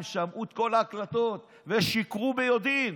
הם שמעו את כל ההקלטות ושיקרו ביודעין,